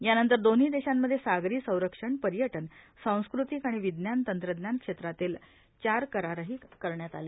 यानंतर दोन्ही देशांमध्ये सागरीए संरक्षणए पर्यटनए सांस्कृतिक आणि विज्ञान तंत्रज्ञान क्षेत्रातले चार करारही झाले